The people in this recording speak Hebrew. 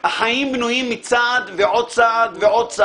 החיים בנויים מעוד צעד ועוד צעד,